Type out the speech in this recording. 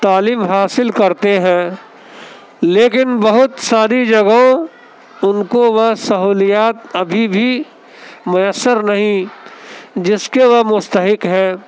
تعلیم حاصل کرتے ہیں لیکن بہت ساری جگہوں ان کو وہ سہولیات ابھی بھی میسر نہیں جس کے وہ مستحق ہیں